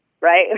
right